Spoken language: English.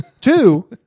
Two